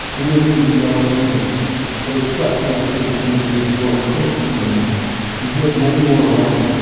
and then there was the yellow fever that had swept through the city some years before and killed so many and drove many more away.